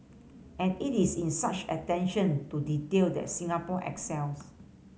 and it is in such attention to detail that Singapore excels